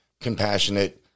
compassionate